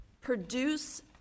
produce